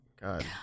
God